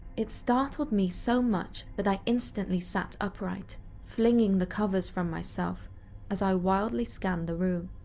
it startled me so much that i instantly sat upright, flinging the covers from myself as i wildly scanned the room.